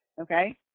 okay